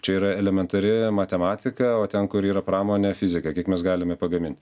čia yra elementari matematika o ten kur yra pramonė fizika kiek mes galime pagamint